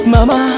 Mama